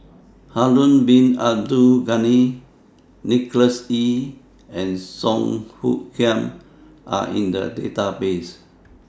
Harun Bin Abdul Ghani Nicholas Ee and Song Hoot Kiam Are in The Database